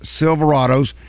Silverados